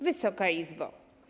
Wysoka Izbo!